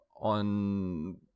on